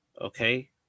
okay